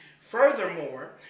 Furthermore